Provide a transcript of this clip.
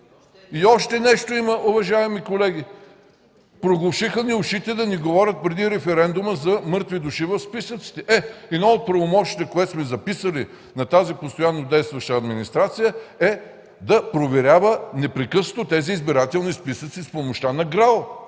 И още нещо има, уважаеми колеги – проглушиха ни ушите да ни говорят преди референдума за мъртви души в списъците. Е, едно от правомощията, което сме записали на тази постоянно действаща администрация, е да проверява непрекъснато тези избирателни списъци с помощта на ГРАО.